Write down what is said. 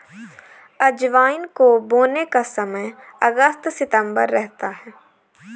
अजवाइन को बोने का समय अगस्त सितंबर रहता है